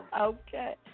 Okay